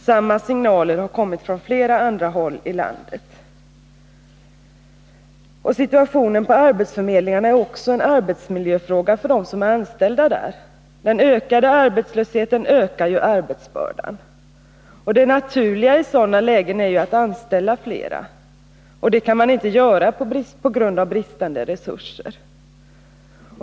Samma signaler har kommit från flera andra håll i landet. Situationen på arbetsförmedlingarna är också en arbetsmiljöfråga för dem som är anställda där. Den ökade arbetslösheten ökar ju arbetsbördan. Det naturliga i sådana lägen är att anställa flera, men det kan man inte göra på grund av bristande resurser.